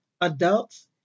adults